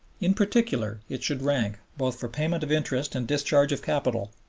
in particular, it should rank, both for payment of interest and discharge of capital,